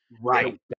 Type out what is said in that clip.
Right